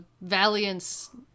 Valiance